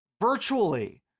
virtually